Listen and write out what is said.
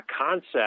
concept